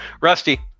Rusty